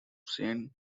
saint